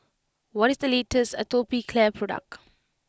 what is the latest Atopiclair product